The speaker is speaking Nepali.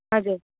हजुर